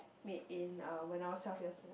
made in uh when I was twelve years old